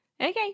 Okay